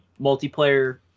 multiplayer